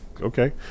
Okay